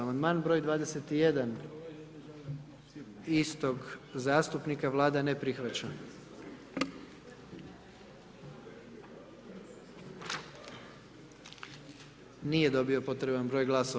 Amandman broj 21., istog zastupnika, Vlada ne prihvaća, nije dobio potreban broj glasova.